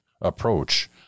approach